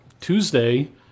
tuesday